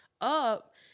up